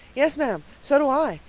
yes, ma'am, so do i.